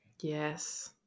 yes